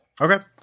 Okay